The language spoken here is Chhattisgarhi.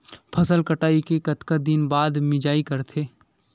फसल कटाई के कतका दिन बाद मिजाई करथे?